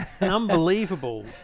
unbelievable